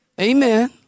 Amen